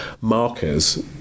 markers